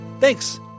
Thanks